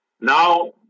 Now